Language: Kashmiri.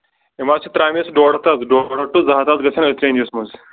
یِم حظ چھِ ترٛامہِ اَسہِ ڈۄڈ ہَتھ حظ ڈۄڈ ہَتھ ٹُو زٕ ہَتھ حظ گژھٮ۪ن أتریٖنِس منٛز